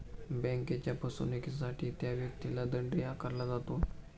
बँकेच्या फसवणुकीसाठी त्या व्यक्तीला दंडही आकारला जातो